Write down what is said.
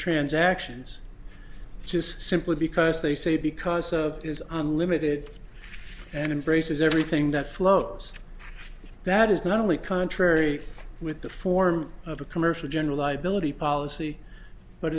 transactions just simply because they say because of is unlimited and in braces everything that flows that is not only contrary with the form of a commercial general i believe policy but